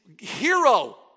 hero